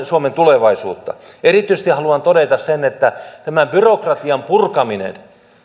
suomen tulevaisuutta erityisesti haluan todeta sen että tätä byrokratian purkamista